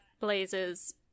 Blazers